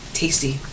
tasty